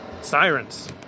sirens